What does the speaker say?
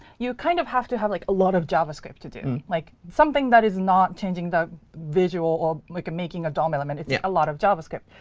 you kind of have to have like a lot of javascript to do like something that is not changing the visual or like making a dom element. it's yeah a lot of javascript.